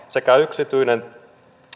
sekä yksityisen